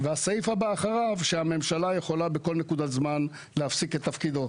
והסעיף הבא אחריו זה שהממשלה יכולה בכל נקודת זמן להפסיק את תפקידו.